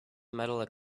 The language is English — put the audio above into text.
metal